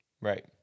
Right